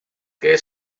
que